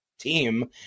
team